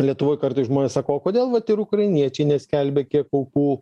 lietuvoj kartais žmonės sako o kodėl vat ir ukrainiečiai neskelbia kiek aukų